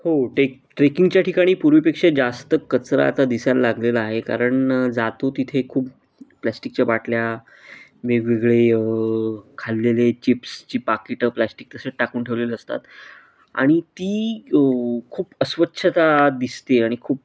हो टेक ट्रेकिंगच्या ठिकाणी पूर्वीपेक्षा जास्त कचरा आता दिसायला लागलेला आहे कारण जातो तिथे खूप प्लॅस्टिकच्या बाटल्या वेगवेगळे खाल्लेले चिप्सची पाकीटं प्लॅस्टिक तसेच टाकून ठेवलेले असतात आणि ती खूप अस्वच्छता दिसते आणि खूप